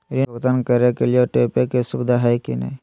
ऋण भुगतान करे के लिए ऑटोपे के सुविधा है की न?